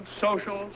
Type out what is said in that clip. social